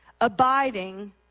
abiding